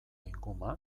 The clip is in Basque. inguma